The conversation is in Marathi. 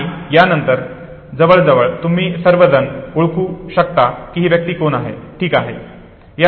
आणि या नंतर जवळजवळ तुम्ही सर्वजण ओळखू शकता की ही व्यक्ती कोण आहे ठीक आहे